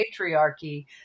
patriarchy